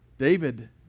David